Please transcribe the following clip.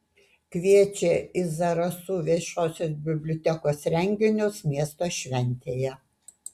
kviečia į zarasų viešosios bibliotekos renginius miesto šventėje